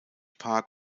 park